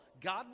god